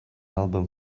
album